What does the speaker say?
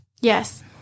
Yes